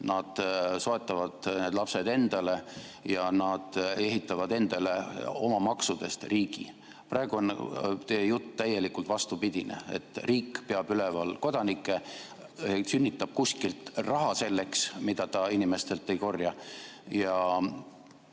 nad soetavad need lapsed endale ja nad ehitavad endale oma maksudest riigi. Praegu on teie jutt täielikult vastupidine, et riik peab üleval kodanikke, sünnitab selleks kuskilt raha, mida ta inimestelt ei korja,